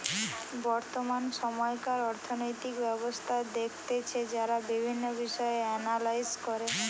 বর্তমান সময়কার অর্থনৈতিক ব্যবস্থা দেখতেছে যারা বিভিন্ন বিষয় এনালাইস করে